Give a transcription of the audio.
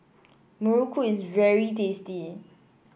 muruku is very tasty